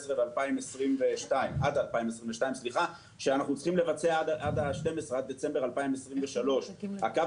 2018-2022 שאנחנו צריכים לבצע עד דצמבר 2023. הקו